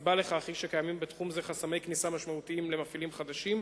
הסיבה לכך היא שקיימים בתחום זה חסמי כניסה משמעותיים למפעילים חדשים,